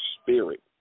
spirit